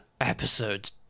Episode